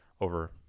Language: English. over